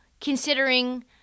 considering